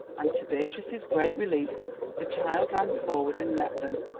and to beatrice's great relief the child ran forward and met them.